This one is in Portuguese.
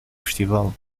festival